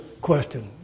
question